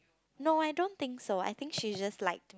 no I don't think so I think she's just like